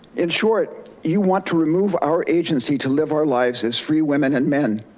in short, you want to remove our agency to live our lives as free women and men.